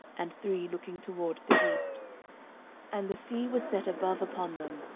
and three looking toward the east and the sea was set above upon them,